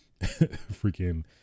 freaking